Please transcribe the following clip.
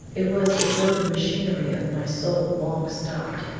it was as though the machinery of my soul, long stopped,